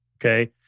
okay